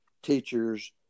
teachers